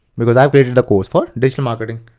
because i've created a course for digital marketing.